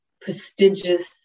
prestigious